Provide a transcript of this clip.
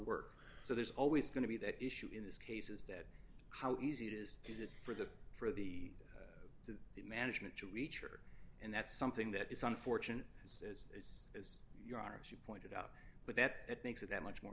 work so there's always going to be that issue in this case is that how easy it is is it for the for the the management to reach or and that's something that is unfortunate as is your honor as you pointed out but that it makes it that much more